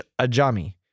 Ajami